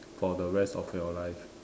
for the rest of your life